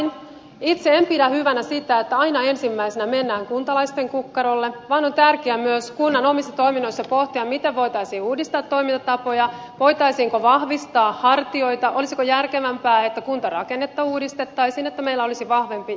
itse en pidä hyvänä sitä että aina ensimmäisenä mennään kuntalaisten kukkarolle vaan on tärkeää myös kunnan omissa toiminnoissa pohtia miten voitaisiin uudistaa toimintatapoja voitaisiinko vahvistaa hartioita olisiko järkevämpää että kuntarakennetta uudistettaisiin että meillä olisi vahvempi järjestäjä